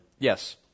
Yes